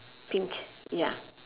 pink ya